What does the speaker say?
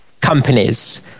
companies